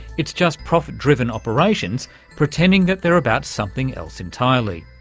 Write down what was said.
it's just profit-driven operations pretending that they're about something else entirely.